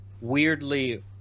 weirdly